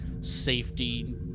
safety